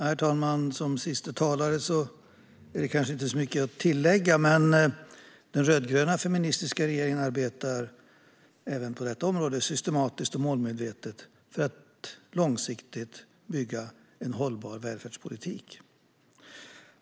Herr talman! Som siste talare har jag inte så mycket att tillägga, mer än att den rödgröna feministiska regeringen även på detta område arbetar systematiskt och målmedvetet för att långsiktigt bygga en hållbar välfärdspolitik.